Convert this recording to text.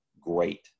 great